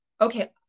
okay